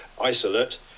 isolate